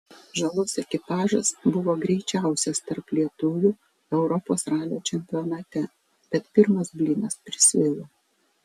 žalos ekipažas buvo greičiausias tarp lietuvių europos ralio čempionate bet pirmas blynas prisvilo